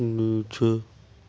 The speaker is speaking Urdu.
نیچے